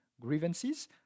grievances